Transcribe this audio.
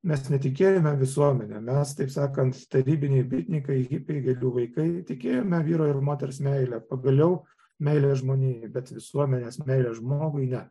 mes netikėjome visuomene mes taip sakant statybiniai bitnikai hipiai gėlių vaikai tikėjome vyro ir moters meile pagaliau meile žmonėms bet visuomenės meile žmogui ne